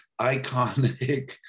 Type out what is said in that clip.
iconic